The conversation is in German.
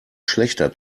schlechter